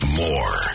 more